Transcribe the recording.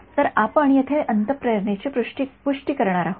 तर आपण येथे अंतःप्रेरणेची पुष्टी करणार आहोत